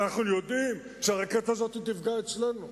ואנחנו יודעים שהרקטה הזאת תפגע אצלנו.